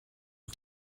auf